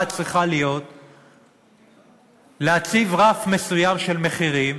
צריכה להיות הצבת רף מסוים של מחירים